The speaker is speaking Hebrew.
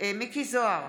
מכלוף מיקי זוהר,